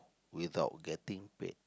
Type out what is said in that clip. without getting paid